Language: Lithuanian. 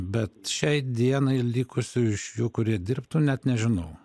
bet šiai dienai likusių iš jų kurie dirbtų net nežinau